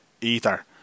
ether